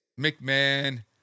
McMahon